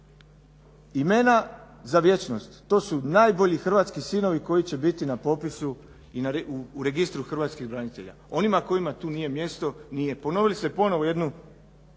Imena za vječnost, to su najbolji hrvatski sinovi koji će biti na popisu i u registru hrvatskih branitelja. Onima kojima tu nije mjesto, nije. Ponovili ste ponovo jednu